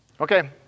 Okay